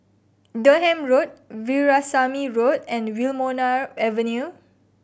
Durham Road Veerasamy Road and Wilmonar Avenue